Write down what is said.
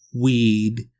weed